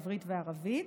עברית וערבית.